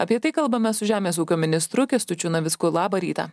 apie tai kalbame su žemės ūkio ministru kęstučiu navicku labą rytą